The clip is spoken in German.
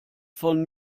von